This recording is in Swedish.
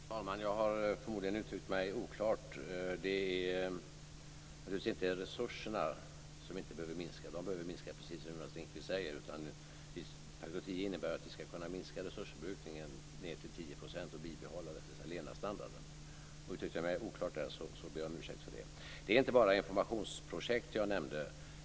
Fru talman! Jag har förmodligen uttryckt mig oklart. Det är naturligtvis inte resurserna som inte behöver minska - de behöver minska precis som Jonas Ringqvist säger. Faktor tio innebär att vi skall kunna minska resursförbrukningen ned till 10 % och behålla levnadsstandarden. - Uttryckte jag mig oklart där ber jag om ursäkt för det. Det var inte bara informationsprojekt jag nämnde.